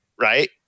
right